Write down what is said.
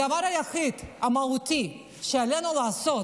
הדבר היחיד המהותי שעלינו לעשות